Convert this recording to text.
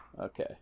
Okay